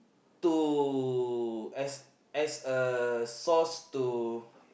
to as as a source to